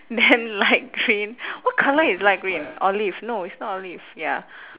then light green what colour is light green olive no it's not olive ya